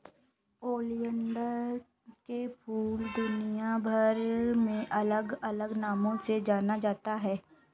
oleander के फूल दुनियाभर में अलग अलग नामों से जाना जाता है